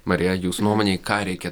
marija jūs nuomonei ką reikia